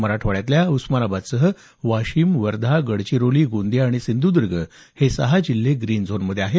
मराठवाड्यातल्या उस्मानाबादसह वाशिम वर्धा गडचिरोली गोंदिया आणि सिंधुद्र्ग हे सहा जिल्हे ग्रीन झोनमध्ये आहेत